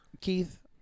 Keith